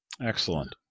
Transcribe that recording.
Excellent